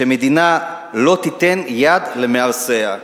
שמדינה לא תיתן יד למהרסיה.